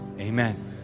amen